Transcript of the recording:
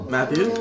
Matthew